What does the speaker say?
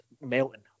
melting